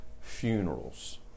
funerals